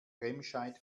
remscheid